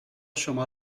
شما